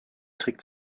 trägt